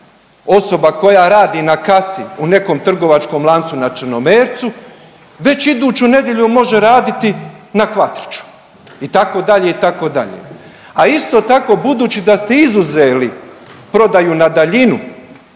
osoba koja radi na kasi u nekom trgovačkom lancu na Črnomercu već iduću nedjelju može raditi na Kvatriću itd., itd. A isto tako budući da ste izuzeli prodaju na daljinu